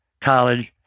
college